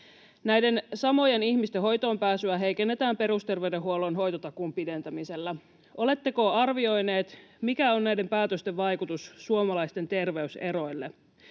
Näiden samojen ihmisten hoitoonpääsyä heikennetään perusterveydenhuollon hoitotakuun pidentämisellä. Oletteko arvioineet, mikä on näiden päätösten vaikutus suomalaisten terveyseroille?